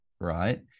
right